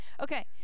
Okay